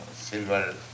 silver